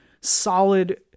solid